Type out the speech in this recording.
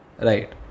Right